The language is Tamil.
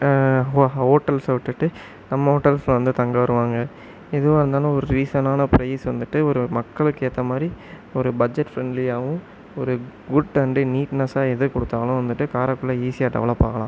ஹோ ஹ ஹோட்டல்ஸ விட்டுவிட்டு நம்ம ஹோட்டல்ஸில் வந்து தங்க வருவாங்க எதுவாக இருந்தாலும் ஒரு ரீசனான பிரைஸ் வந்துவிட்டு ஒரு மக்களுக்கு ஏற்ற மாதிரி ஒரு பட்ஜெட் ஃப்ரெண்ட்லியாகவும் ஒரு குட் அண்டு நீட்னஸ்ஸாக எதை கொடுத்தாலும் வந்துவிட்டு காரக்குடியில ஈஸியாக டெவெலப் ஆகலாம்